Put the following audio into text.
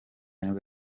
nibwo